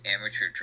amateur